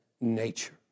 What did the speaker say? nature